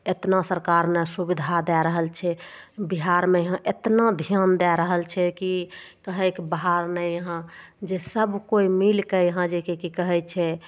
एतना सरकार सुविधा दए रहल छै बिहारमे यहाँ एतना ध्यान दए रहल छै कि कहयके भार नहि यहाँ जे सब कोइ मिलके यहाँ जे कि की कहय छै